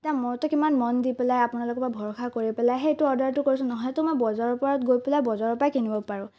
এতিয়া মইতো কিমান মন দি পেলাই আপোনালোকৰ পৰা ভৰসা কৰি পেলাইহে এইটো অৰ্ডাৰটো কৰিছোঁ নহ'লেতো মই বজাৰৰ পৰা গৈ পেলাই বজাৰৰ পৰা কিনিব পাৰোঁ